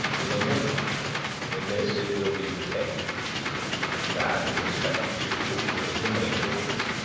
is omitted in this it will be retained that, in respect to egotism, is the main difference.